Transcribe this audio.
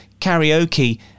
karaoke